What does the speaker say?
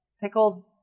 pickled